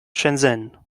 shenzhen